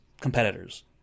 competitors